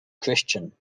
christian